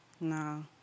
No